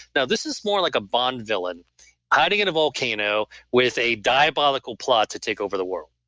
now, this is more like a bond villain hiding in a volcano with a diabolical plot to take over the world